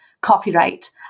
copyright